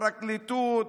פרקליטות,